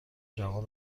جوان